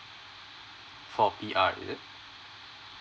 for P_R isn't it